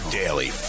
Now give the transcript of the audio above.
daily